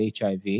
HIV